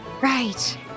Right